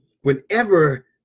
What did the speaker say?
whenever